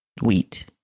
wheat